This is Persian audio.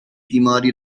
بیماری